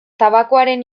tabakoaren